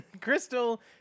Crystal